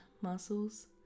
muscles